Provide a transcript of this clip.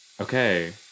Okay